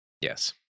Yes